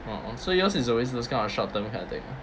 a'ah so yours is always those kind of short term kind of thing